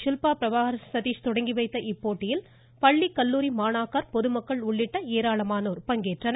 ஷில்பா பிரபாகர் சதீஹ் தொடங்கிவைத்த இப்போட்டியில் பள்ளி கல்லூரி மாணாக்கர் பொதுமக்கள் உள்ளிட்டோர் இதில் பங்கேற்றனர்